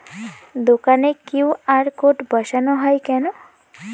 দোকানে QR code বসানো হয় কেন?